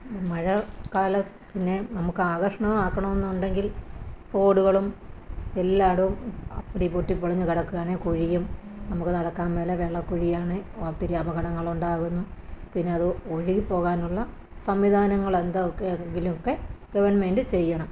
മഴ കാലം പിന്നെ നമുക്ക് ആകർഷണമാക്കണമെന്നുണ്ടെങ്കിൽ റോഡുകളും എല്ലായിടവും അപ്പടി പൊട്ടിപ്പൊളിഞ്ഞ് കിടക്കുകയാണ് കുഴിയും നമുക്ക് നടക്കാൻ മേലാ വെള്ളക്കുഴിയാണ് ഒത്തിരി അപകടങ്ങളുണ്ടാകുന്നു പിന്നെ അത് ഒഴുകി പോകാനുള്ള സംവിധാനങ്ങൾ എന്തൊക്കെ എങ്കിലുമൊക്കെ ഗവൺമെൻറ്റ് ചെയ്യണം